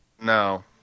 No